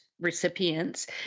recipients